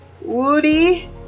woody